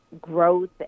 growth